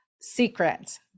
secrets